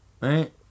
right